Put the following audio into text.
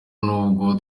n’ubwo